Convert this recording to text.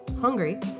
hungry